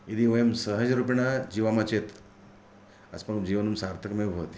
यदि वयं सहजरूपेण जीवामः चेत् अस्माकं जीवनं सार्थकमेव भवति